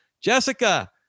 Jessica